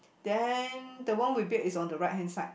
then the one with beard is on the right hand side